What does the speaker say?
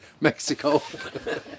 Mexico